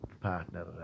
partner